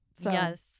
Yes